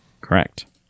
Correct